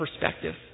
perspective